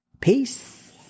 peace